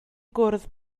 gwrdd